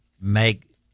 make